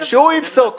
שהוא יפסוק.